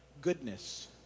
Goodness